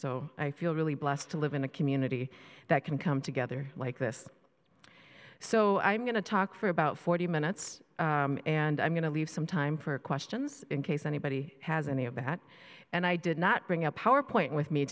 so i feel really blessed to live in a community that can come together like this so i'm going to talk for about forty minutes and i'm going to leave some time for questions in case anybody has any of that and i did not bring a power point with me